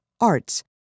arts